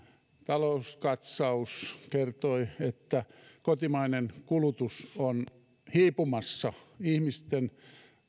talouskatsaus kertoi että kotimainen kulutus on hiipumassa ihmisten